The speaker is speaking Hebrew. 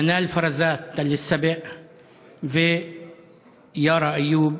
מנאל פזראת מתל שבע ויארא איוב